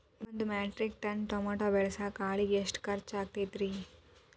ಒಂದು metric ton tomato ಬೆಳಸಾಕ್ ಆಳಿಗೆ ಎಷ್ಟು ಖರ್ಚ್ ಆಕ್ಕೇತ್ರಿ?